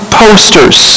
posters